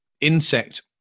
insect